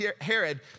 Herod